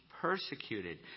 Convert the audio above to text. persecuted